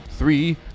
three